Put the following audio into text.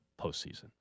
postseason